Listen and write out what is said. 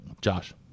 Josh